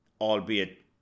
Albeit